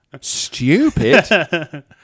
stupid